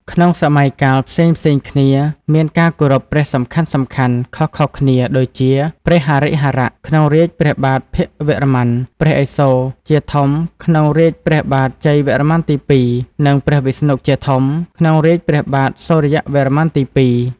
ក្នុងសម័យកាលផ្សេងៗគ្នា មានការគោរពព្រះសំខាន់ៗខុសៗគ្នា ដូចជា ព្រះហរិហរៈ ក្នុងរាជ្យព្រះបាទភវរ្ម័ន, ព្រះឥសូរ ជាធំក្នុងរាជ្យព្រះបាទជ័យវរ្ម័នទី២ និង ព្រះវិស្ណុ ជាធំក្នុងរាជ្យព្រះបាទសូរ្យវរ្ម័នទី២។